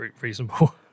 reasonable